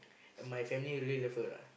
and my family really love her lah